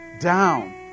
down